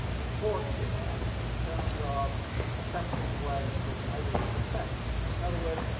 important in terms of affecting the way in which i read this text. in other words,